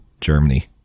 Germany